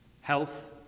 Health